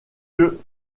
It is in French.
lieu